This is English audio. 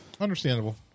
Understandable